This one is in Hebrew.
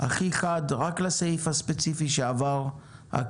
הכי חד ורק לסעיף הספציפי שהוקרא.